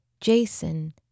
Jason